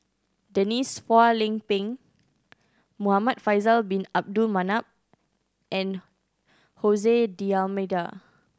Denise Phua Lay Peng Muhamad Faisal Bin Abdul Manap and Hose D'Almeida